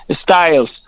styles